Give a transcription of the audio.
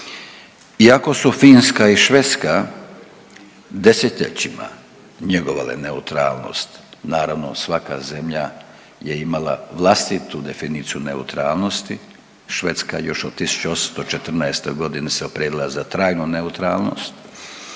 Iako su Finska i Švedska desetljećima njegovale neutralnost, naravno svaka zemlja je imala vlastitu definiciju neutralnosti. Švedska još od 1814. godine se opredijelila za trajnu neutralnost.